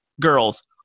Girls